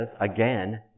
again